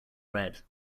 red